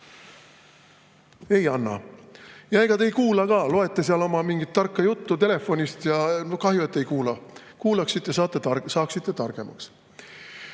Ei anna! Ja ega te ei kuula ka, loete seal mingit tarka juttu telefonist. Kahju, et te ei kuula. Kui kuulaksite, saaksite targemaks.